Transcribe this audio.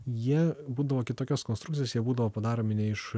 jie būdavo kitokios konstrukcijos jie būdavo padaromi ne iš